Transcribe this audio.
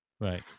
Right